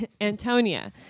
antonia